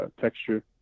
texture